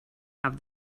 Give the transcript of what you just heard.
have